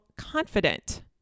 Confident